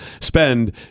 spend